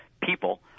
people